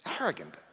Arrogant